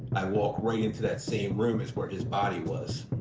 i walk right into that same room. it's where his body was.